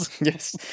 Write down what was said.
yes